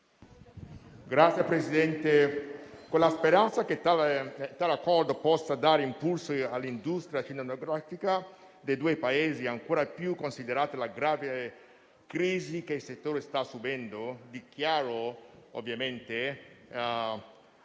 Signor Presidente, con la speranza che l'Accordo possa dare impulso all'industria cinematografica dei due Paesi, ancor più considerata la grave crisi che il settore sta subendo, dichiaro il